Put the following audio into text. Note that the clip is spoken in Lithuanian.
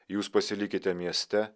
jūs pasilikite mieste